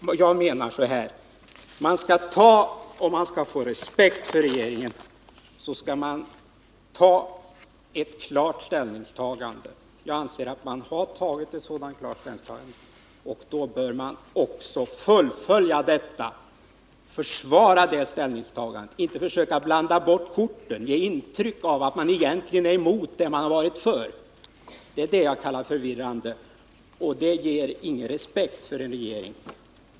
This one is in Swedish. Om regeringen skall kunna vinna respekt måste den göra ett klart ställningstagande — jag anser att den gjorde ett sådant klart ställningstagande vid statsrådens första möte med frågan — och då bör man också fullfölja det och försvara det och inte försöka blanda bort korten och ge intryck av att man egentligen är emot det man varit för. Det är det jag har sagt är förvirrande. Det ger ingen respekt för en regering.